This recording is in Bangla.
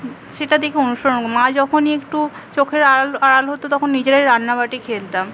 সেটা দেখে অনুসরণ মা যখনই একটু চোখের আড়াল আড়াল হত তখন নিজেরাই রান্নাবাটি খেলতাম